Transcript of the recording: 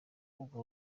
kumva